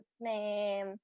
name